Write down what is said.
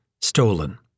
stolen